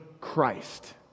Christ